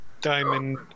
Diamond